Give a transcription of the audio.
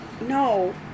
No